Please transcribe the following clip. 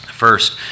First